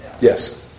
Yes